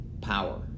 Power